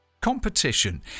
Competition